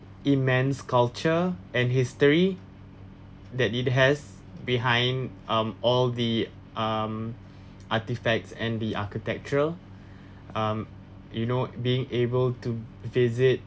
immense culture and history that it has behind um all the um artifacts and the architectural um you know being able to visit